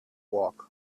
walk